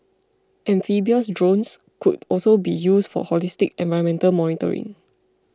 amphibious drones could also be used for holistic environmental monitoring